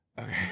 Okay